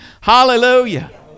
Hallelujah